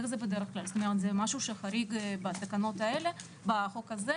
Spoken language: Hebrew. זה משהו שחריג בחוק הזה,